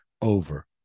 over